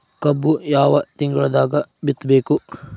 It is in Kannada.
ಕಬ್ಬು ಯಾವ ತಿಂಗಳದಾಗ ಬಿತ್ತಬೇಕು?